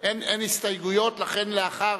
אין הסתייגויות, לכן לאחר,